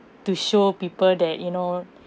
to show people that you know